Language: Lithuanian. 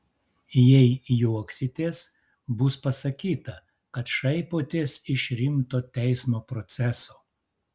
jei juoksitės bus pasakyta kad šaipotės iš rimto teismo proceso